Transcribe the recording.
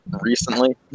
recently